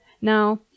Now